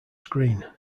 screen